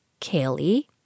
Kaylee